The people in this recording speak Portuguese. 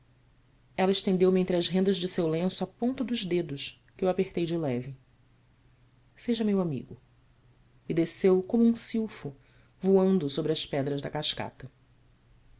tia ela estendeu-me entre as rendas de seu lenço a ponta dos dedos que eu apertei de leve eja meu amigo e desceu como um silfo voando sobre as pedras da cascata